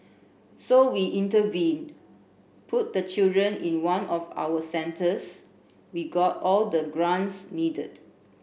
so we intervened put the children in one of our centres we got all the grants needed